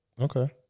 Okay